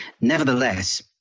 Nevertheless